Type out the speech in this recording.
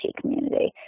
community